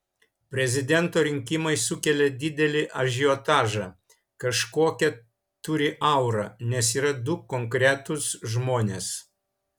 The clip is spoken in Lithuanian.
prezidento rinkimai sukelia didelį ažiotažą kažkokią turi aurą nes yra du konkretūs žmonės